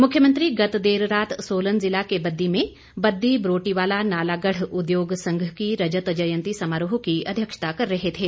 मुख्यमंत्री गत देर रात सोलन ज़िला के बद्दी में बद्दी बरोटीवाला नालागढ़ उद्योग संघ की रजत जयंती समारोह की अध्यक्षता कर रहे थे